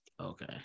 Okay